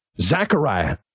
Zachariah